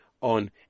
on